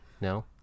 No